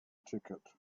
ticket